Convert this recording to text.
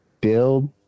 build